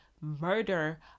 murder